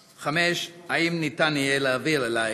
5. האם יועבר אלי